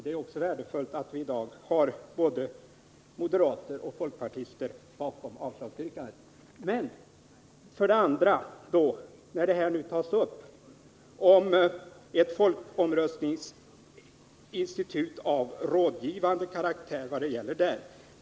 Det är också värdefullt att vi i dag har både moderater och folkpartister bakom avslagsyrkandet. För det andra tas frågan upp vad som gäller för ett folkomröstningsinstitut av rådgivande karaktär.